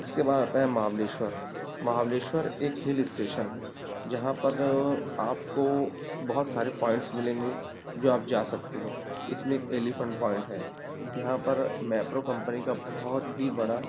اس کے بعد آتا ہے مہابلیشور مہابلیشور ایک ہل اسٹیشن ہے جہاں پر آپ کو بہت سارے پوائنٹس ملیں گے جو آپ جا سکتے ہو اسنیک ایلیپھنٹ پوائنٹ ہے یہاں پر میپرو کمپنی کا بہت ہی بڑا